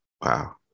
wow